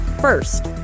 First